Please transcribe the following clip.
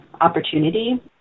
opportunity